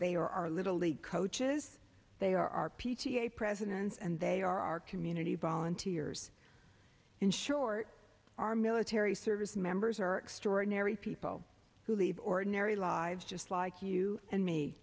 they are our little league coaches they are our p t a presidents and they are our community volunteers in short our military service members are extraordinary people who leave ordinary lives just like you and me